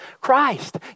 Christ